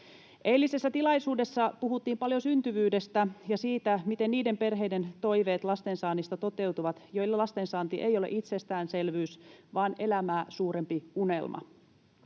Eilisessä tilaisuudessa puhuttiin paljon syntyvyydestä ja siitä, miten niiden perheiden toiveet lastensaannista toteutuvat, joilla lastensaanti ei ole itsestäänselvyys vaan elämää suurempi unelma.